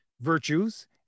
virtues